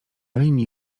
linii